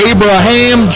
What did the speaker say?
Abraham